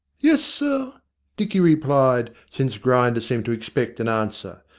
yus sir dicky replied, since grinder seemed to expect an answer.